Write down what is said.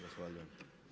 Zahvaljujem.